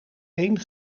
één